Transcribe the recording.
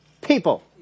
people